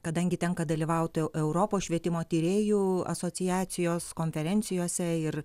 kadangi tenka dalyvauti europos švietimo tyrėjų asociacijos konferencijose ir